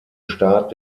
start